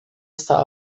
está